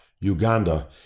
Uganda